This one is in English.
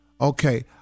Okay